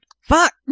Fuck